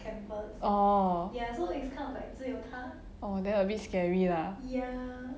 oh oh then a bit scary ah